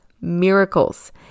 Miracles